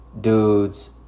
dudes